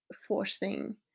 forcing